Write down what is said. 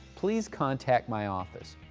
please contact my office,